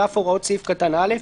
על אף הוראות סעיף קטן (א),